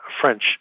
French